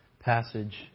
passage